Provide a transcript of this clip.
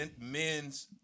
Men's